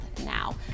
Now